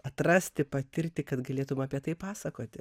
atrasti patirti kad galėtum apie tai pasakoti